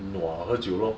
nua 喝酒 lor